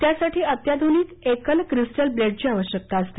त्यासाठी अत्याधुनिक एकल क्रिस्टल ब्लेडची आवश्यकता असते